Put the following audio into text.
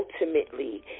ultimately